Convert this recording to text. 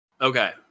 Okay